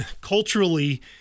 culturally